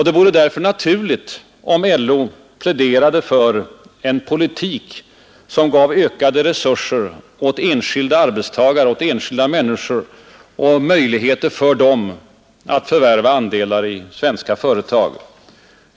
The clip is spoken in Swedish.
Det vore därför naturligt, om LO pläderade för en politik som gav ökade resurser åt enskilda arbetstagare, åt enskilda människor, och möjligheter för dem att förvärva andelar i svenska företag.